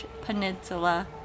Peninsula